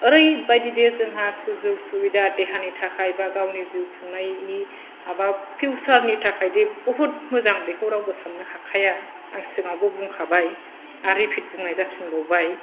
ओरैबायदि दे जोंहा सुजुग सुबिदा देहानि थाखाय बा गावनि जिउखुंनायनि हाबाब फिउसारनि थाखायदि बुहुथ मोजां बेखौ रावबो साननो हाखाया आं सिगाङावबो बुंखाबाय आरो रिफिथ बुंनाय जाफिनबावबाय